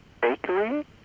bakery